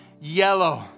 yellow